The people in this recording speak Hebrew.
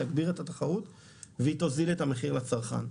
תגדיל את התחרות והיא תוזיל את המחיר לצרכן.